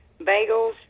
Bagels